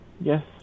Yes